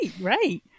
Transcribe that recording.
right